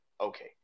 Okay